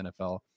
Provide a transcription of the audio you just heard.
NFL